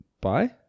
Bye